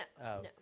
no